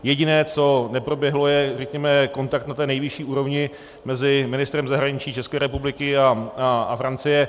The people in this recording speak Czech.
Jediné, co neproběhlo, je, řekněme, kontakt na té nejvyšší úrovni mezi ministrem zahraničí České republiky a Francie.